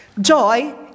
Joy